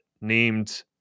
named